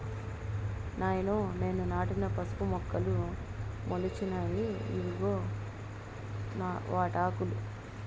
నాయనో నేను నాటిన పసుపు మొక్కలు మొలిచినాయి ఇయ్యిగో వాటాకులు